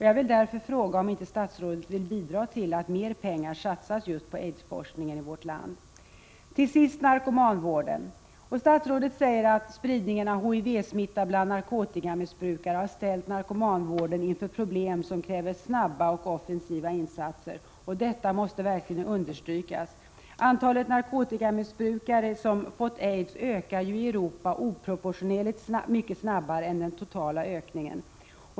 Jag vill därför fråga om inte statsrådet vill bidra till att mer pengar satsas just på aidsforskningen i vårt land. Till sist narkomanvården. Statsrådet säger att spridningen av HIV-smitta bland narkotikamissbrukare har ställt narkomanvården inför problem som kräver snabba och offensiva insatser. Detta måste verkligen understrykas. I Europa är ökningen av antalet narkotikamissbrukare som fått aids oproportionerligt mycket snabbare än den totala ökningen.